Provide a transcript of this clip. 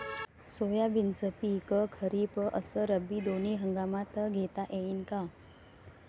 सोयाबीनचं पिक खरीप अस रब्बी दोनी हंगामात घेता येईन का?